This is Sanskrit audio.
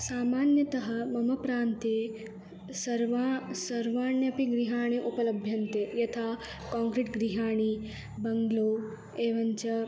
सामान्यतः मम प्रान्ते सर्वा सर्वाण्यपि गृहाणि उपलभ्यन्ते यथा कोङ्क्रिट् गृहाणि बङ्ग्लो एवञ्च